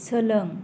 सोलों